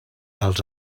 els